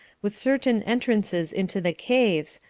with certain entrances into the caves,